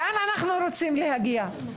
לאן אנחנו רוצים להגיע?